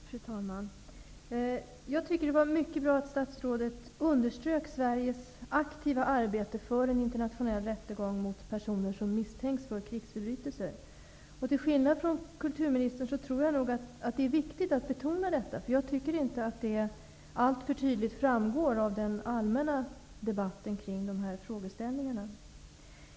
Fru talman! Jag tycker att det var mycket bra att statsrådet underströk Sveriges aktiva arbete för en internationell rättegång mot personer som misstänks för krigsförbrytelser. Till skillnad från kulturministern tror jag att det är viktigt att detta betonas. Jag tycker inte att det alltför tydligt framgår av den allmänna debatten kring dessa frågeställningar.